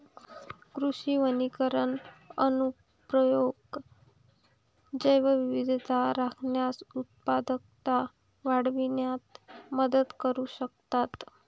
कृषी वनीकरण अनुप्रयोग जैवविविधता राखण्यास, उत्पादकता वाढविण्यात मदत करू शकतात